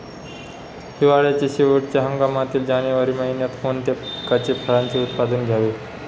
हिवाळ्याच्या शेवटच्या हंगामातील जानेवारी महिन्यात कोणत्या पिकाचे, फळांचे उत्पादन घ्यावे?